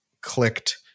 clicked